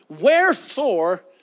Wherefore